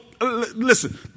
listen